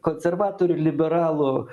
konservatorių liberalų